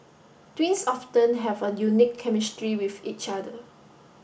twins often have a unique chemistry with each other